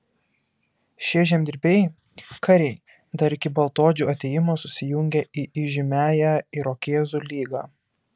šie žemdirbiai kariai dar iki baltaodžių atėjimo susijungė į įžymiąją irokėzų lygą